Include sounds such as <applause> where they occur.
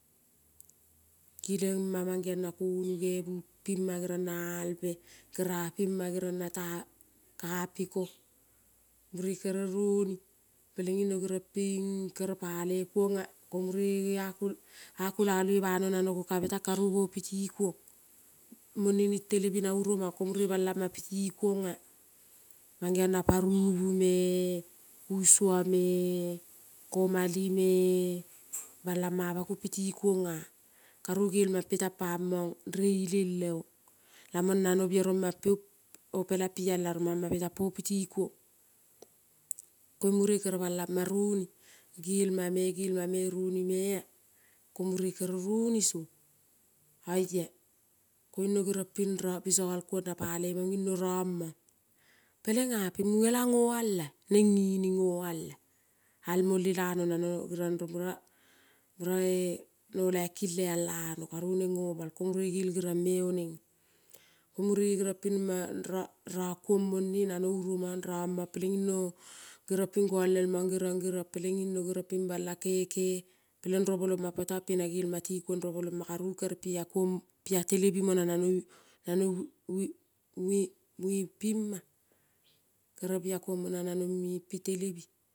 Gilema mangeon na konuge. Bupima gerion na albe geria pima gerion na ta kapiko. Mure kere roni kere pina pale kuona komure geria kulaloi, ko a kulaloi bopiti kuon nano goka be tan karu bopiti kuon mone nin telebi na uromon kuona mangeon na parubu usuome komalime-e balama pako piti kuona karu gel ma petan pamon rellen le on. Lamon nano gieroma opelano plala rong mana mape tan po piti kuon. Koin mure kere balama roni gelma, gelma me ronia ko mure kere roni song oia koin no biso gal kuon na palemon pelenin no romon pelena pin munela noal a ninin noala. Al mole tano nano romura no laik le a lano nomoi komure gel me gerion onena ko mure gerion pin ron kuon mone nano uromon romon pelein no go-ol elmon gerion pelenin no pelenin no bala kere pelen ruobolo ma potan na gelma tikuon ruoboloma karu pla kuon telebi mono nano we mien pima <hesitation> kere piakuon mono nin telebi.